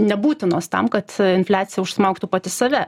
nebūtinos tam kad infliacija užsmaugtų pati save